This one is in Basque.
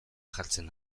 jartzen